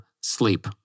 sleep